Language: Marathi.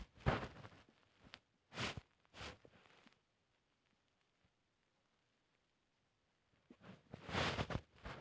माय खातं चालू राहासाठी खात्यात कितीक पैसे बाकी ठेवणं जरुरीच हाय?